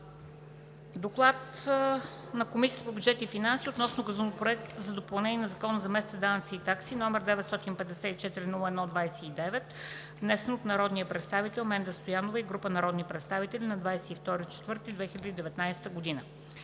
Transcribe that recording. „ДОКЛАД на Комисията по бюджет и финанси относно Законопроект за допълнение на Закона за местните данъци и такси, № 954-01-29, внесен от народния представител Менда Стоянова и група народни представители на 22 април 2019 г.